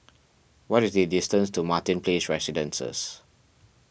what is the distance to Martin Place Residences